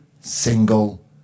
single